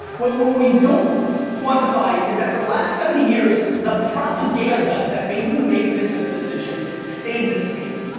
what what we don't quantify is that for the last seventy years, the propaganda that made you make business decisions stayed the same.